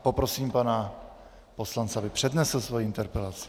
Poprosím pana poslance, aby přednesl svoji interpelaci.